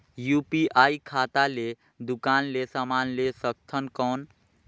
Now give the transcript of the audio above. UPI खाता ले दुकान ले समान ले सकथन कौन?